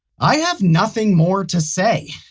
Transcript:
i have nothing more to say.